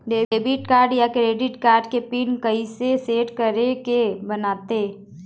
Debit card या credit card के pin कइसे सेट करे के बनते?